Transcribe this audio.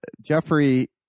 Jeffrey